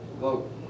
vote